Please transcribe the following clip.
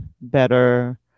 better